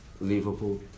Liverpool